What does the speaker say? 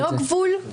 ללא גבול?